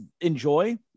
enjoy